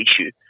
issue